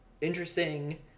interesting